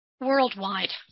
worldwide